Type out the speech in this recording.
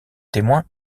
témoins